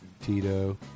Tito